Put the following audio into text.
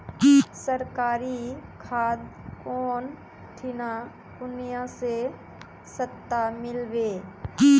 सरकारी खाद कौन ठिना कुनियाँ ले सस्ता मीलवे?